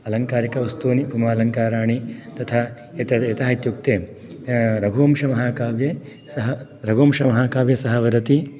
आलङ्कारिकवस्तूनि उपमालङ्काराणि तथा एतत् यतः इत्युक्ते रघुवंशमहाकाव्ये सः रघुवंशमहाकाव्ये सः वदति